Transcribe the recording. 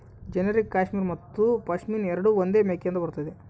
generic cashmere ಮತ್ತು ಪಶ್ಮಿನಾ ಎರಡೂ ಒಂದೇ ಮೇಕೆಯಿಂದ ಬರುತ್ತದೆ